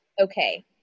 Okay